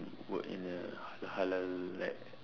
work in a halal like